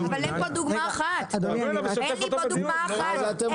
אבל אין פה דוגמא אחת, אין לי פה דוגמא אחת.